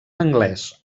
anglès